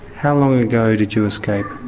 how long ago did you escape?